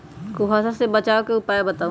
कुहासा से बचाव के उपाय बताऊ?